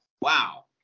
Wow